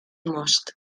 most